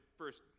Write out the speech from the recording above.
first